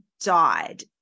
died